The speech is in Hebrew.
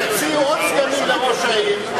יציעו עוד סגנים לראש העיר,